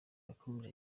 yakomeje